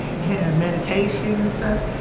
yeah, meditation and stuff.